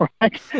right